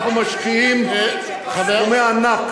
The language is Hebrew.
אנחנו משקיעים סכומי ענק.